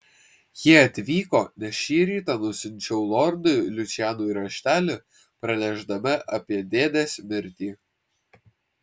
jie atvyko nes šį rytą nusiunčiau lordui lučianui raštelį pranešdama apie dėdės mirtį